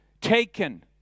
taken